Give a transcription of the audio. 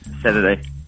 Saturday